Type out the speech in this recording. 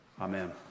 Amen